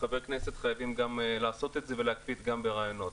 וחברי הכנסת חייבים לעשות את זה ולהקפיד גם ברעיונות.